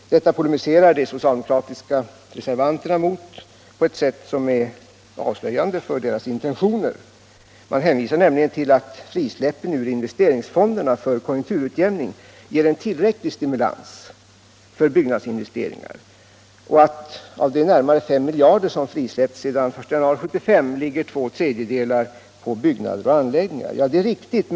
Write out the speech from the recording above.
Detta polemiserar de socialdemokratiska reservanterna mot på ett sätt som är avslöjande för deras intentioner. Man hänvisar nämligen till att frisläppen ur investeringsfonderna för konjunkturutjämning ger en tillräcklig stimulans för byggnadsinvesteringar och att två tredjedelar av de närmare 5 miljarder som frisläppts sedan den 1 januari 1975 ligger på byggnader och anläggningar. Det är riktigt.